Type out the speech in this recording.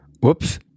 whoops